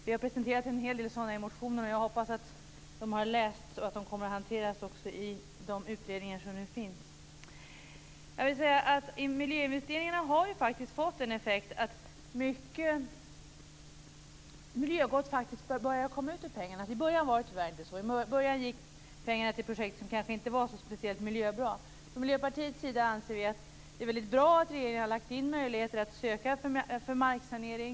Det har presenterats en hel del sådana i motioner, och jag hoppas att de har lästs och även kommer att hanteras i de utredningar som nu pågår. Det börjar faktiskt komma ut mycket miljögott av miljöinvesteringarna. I början var det tyvärr inte så. I början gick pengarna till projekt som kanske inte var så speciellt miljöbra. Vi i Miljöpartiet anser att det är väldigt bra att regeringen har lagt in möjligheter att söka bidrag för marksanering.